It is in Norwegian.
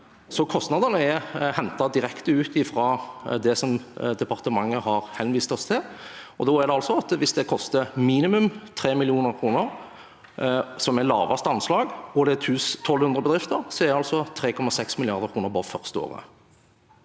Kostnadene er hentet direkte fra det departementet har henvist oss til. Hvis det koster minimum 3 mill. kr, som er laveste anslag, og det er 1 200 bedrifter, er det altså 3,6 mrd. kr bare det første året.